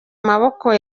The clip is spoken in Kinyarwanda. maboko